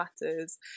matters